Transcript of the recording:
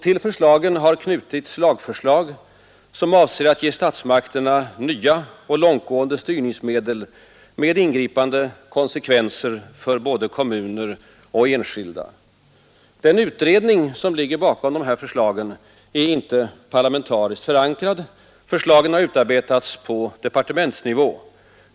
Till förslagen har knutits lagförslag, som avser att ge statsmakterna nya och långtgående styrningsmedel med ingripande konsekvenser för både kommuner och enskilda. Den utredning som ligger bakom propositionen är inte parlamentariskt förankrad. Förslagen har utarbetats på departementsnivå.